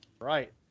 Right